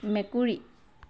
মেকুৰী